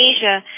Asia